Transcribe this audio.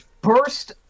burst